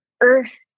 Earth